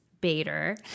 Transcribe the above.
Bader